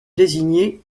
désigner